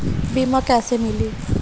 बीमा कैसे मिली?